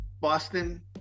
Boston